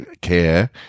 care